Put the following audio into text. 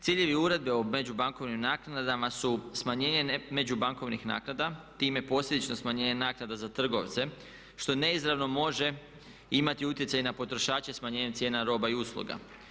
Ciljevi uredbe o međubankovnim naknadama su smanjenje međubankovnih naknada, time posljedično smanjenje naknada za trgovce što neizravno može imati utjecaj i na potrošače smanjenjem cijena roba i usluga.